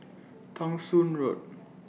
Thong Soon Road